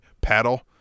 paddle